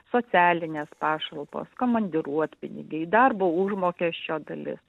socialinės pašalpos komandiruotpinigiai darbo užmokesčio dalis